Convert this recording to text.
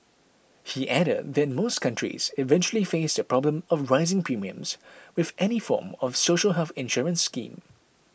he added that most countries eventually face the problem of rising premiums with any form of social health insurance scheme